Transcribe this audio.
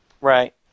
Right